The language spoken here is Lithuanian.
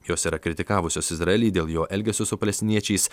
jos yra kritikavusios izraelį dėl jo elgesio su palestiniečiais